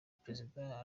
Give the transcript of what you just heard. prezida